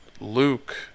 Luke